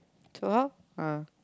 so how ah